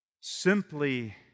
simply